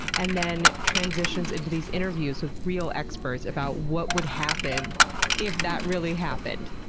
and then transitions into these interviews with real experts about what would happen if that really happened.